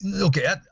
okay